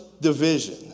division